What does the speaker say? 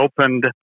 opened